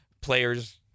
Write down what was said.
Players